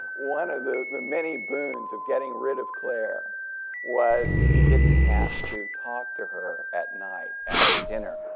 one of the many boons of getting rid of claire was he didn't have to talk to her at night after dinner.